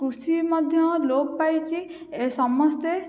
କୃଷି ମଧ୍ୟ ଲୋପ ପାଇଛି ଏ ସମସ୍ତେ